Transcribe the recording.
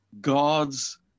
God's